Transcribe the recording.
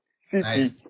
city